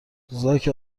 زاک